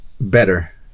better